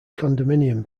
condominium